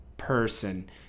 Person